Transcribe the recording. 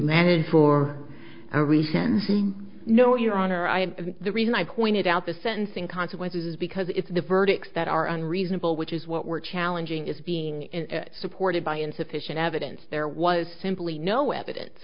in for a reason no your honor i have the reason i pointed out the sentencing consequences because it's the verdicts that are unreasonable which is what we're challenging is being supported by insufficient evidence there was simply no evidence